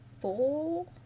four